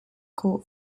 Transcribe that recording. court